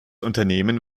unternehmen